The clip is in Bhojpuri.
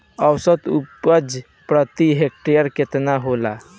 औसत उपज प्रति हेक्टेयर केतना होला?